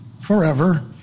forever